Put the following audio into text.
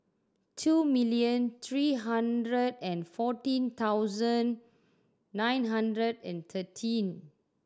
two million three hundred and fourteen thousand nine hundred and thirteen